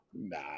Nah